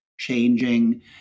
changing